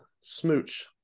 smooch